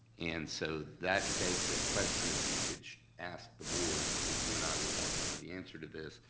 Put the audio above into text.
and so that begs a question that we should ask the board because you and i will want to know the answer to this,